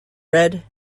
red